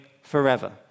forever